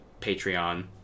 patreon